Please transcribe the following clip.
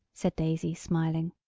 said daisy, smiling.